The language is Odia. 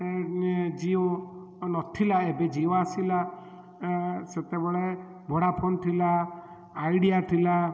ଜିଓ ନଥିଲା ଏବେ ଜିଓ ଆସିଲା ସେତେବେଳେ ଭୋଡ଼ା ଫୋନ୍ ଥିଲା ଆଇଡ଼ିଆ ଥିଲା